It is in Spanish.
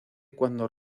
cuando